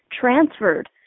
transferred